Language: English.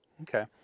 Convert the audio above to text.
Okay